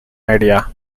idea